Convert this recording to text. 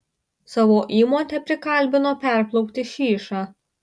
savo įmotę prikalbino perplaukti šyšą